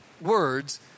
words